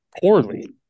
poorly